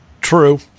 True